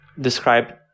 describe